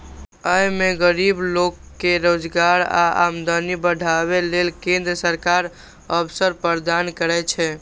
अय मे गरीब लोक कें रोजगार आ आमदनी बढ़ाबै लेल केंद्र सरकार अवसर प्रदान करै छै